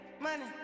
Money